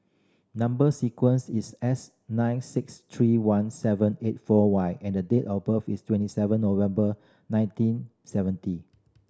number sequence is S nine six three one seven eight four Y and the date of birth is twenty seven November nineteen seventy